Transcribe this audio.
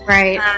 right